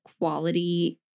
quality